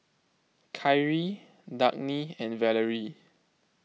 Kyree Dagny and Valery